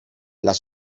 las